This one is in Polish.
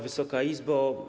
Wysoka Izbo!